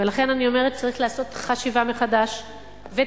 ולכן אני אומרת שצריך לעשות חשיבה מחדש ותקציב